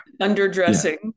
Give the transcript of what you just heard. Underdressing